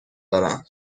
دارم